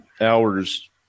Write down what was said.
hours